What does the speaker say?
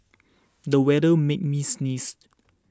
the weather made me sneeze